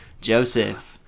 joseph